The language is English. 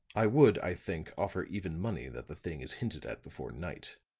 i would, i think, offer even money that the thing is hinted at before night.